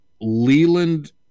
Leland